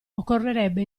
occorrerebbe